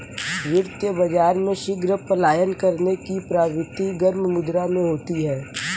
वित्तीय बाजार में शीघ्र पलायन करने की प्रवृत्ति गर्म मुद्रा में होती है